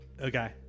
Okay